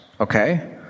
okay